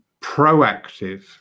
proactive